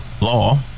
law